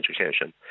education